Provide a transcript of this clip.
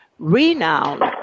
renowned